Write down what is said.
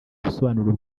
ubusobanuro